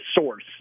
source